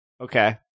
Okay